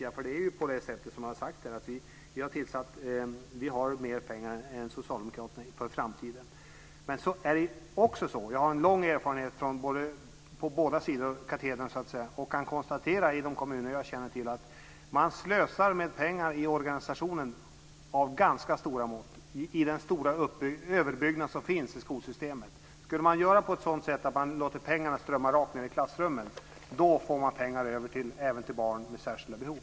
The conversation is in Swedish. Jag har ju sagt att vi har mer pengar än Socialdemokraterna för framtiden. Så är det bara. Men jag har lång erfarenhet från båda sidor av katedern och jag kan också konstatera att i de kommuner som jag känner till så slösar man med pengar i organisationen med ganska stora mått i den stora överbyggnad som finns för skolsystemet. Om man lät pengarna strömma rakt ned i klassrummen så skulle man få pengar över även till barn med särskilda behov.